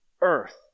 earth